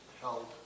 held